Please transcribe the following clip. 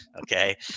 okay